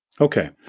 Okay